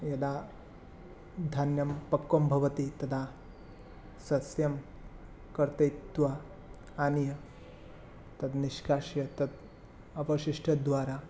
यदा धान्यं पक्वं भवति तदा सस्यं कर्तयित्वा आनीय तद् निष्कास्य तत् अवशिष्टद्वारा